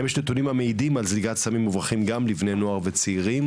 האם יש נתונים המעידים על זליגת סמים מוברחים גם לבני נוער וצעירים.